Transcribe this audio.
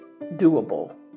doable